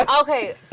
Okay